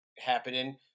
happening